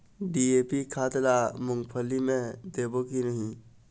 DAP खाद ला मुंगफली मे देबो की नहीं?